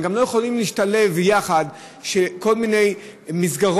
הם גם לא יכולים להשתלב יחד בכל מיני מסגרות